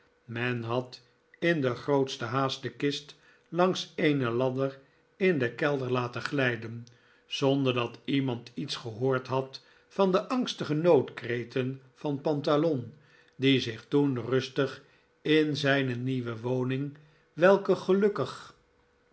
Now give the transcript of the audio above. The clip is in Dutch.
men had in de grootste haast de kist langs eene ladder in den kelder laten glijden zonder dat iemand iets gehoord had van de angstige noodkreten van pantalon die zich toen rustig in zijne nieuwe woning welke gelukkig